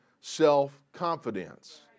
self-confidence